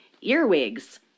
earwigs